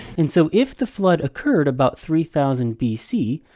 and so, if the flood occurred about three thousand b c.